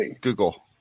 Google